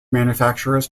manufacturers